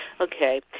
Okay